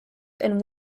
and